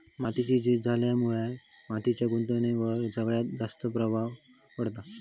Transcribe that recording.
मातीची झीज झाल्यामुळा मातीच्या गुणवत्तेवर सगळ्यात जास्त प्रभाव पडता